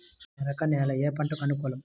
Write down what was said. మెరక నేల ఏ పంటకు అనుకూలం?